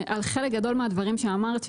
על חלק גדולי מהדברים שאמרת,